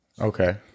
Okay